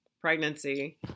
pregnancy